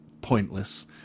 pointless